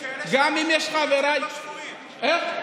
שפויים.